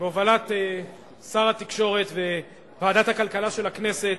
בהובלת שר התקשורת וועדת הכלכלה של הכנסת,